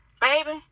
baby